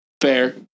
Fair